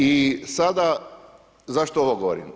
I sada, zašto ovo govorim?